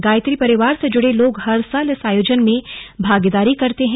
गायत्री परिवार से जुड़े लोग हर साल इस आयोजन में भागीदार करते हैं